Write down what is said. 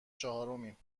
چهارمیم